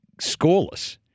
scoreless